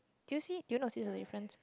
do you see do you notice the difference